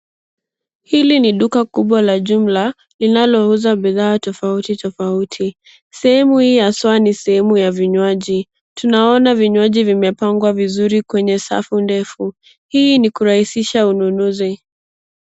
Hili ni duka kubwa la jumla linalouza bidhaa tofautitofauti. Sehemu hii haswaa ni sehemu ya vinywaji. Tunaona vinywaji vimepangwa vizuri kwenye safu ndefu. Hii ni kurahisisha ununuzi.